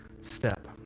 step